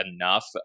enough